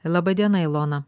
laba diena ilona